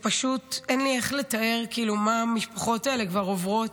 אין לי איך לתאר מה המשפחות האלה כבר עוברות,